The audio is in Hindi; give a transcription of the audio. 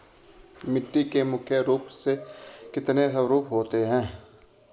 मिट्टी के मुख्य रूप से कितने स्वरूप होते हैं?